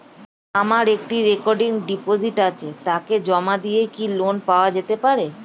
আমার একটি recurring deposit আছে তাকে জমা দিয়ে কি লোন পাওয়া যেতে পারে?